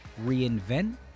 reinvent